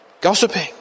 Gossiping